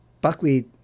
buckwheat